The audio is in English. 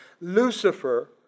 Lucifer